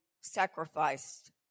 sacrificed